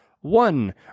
One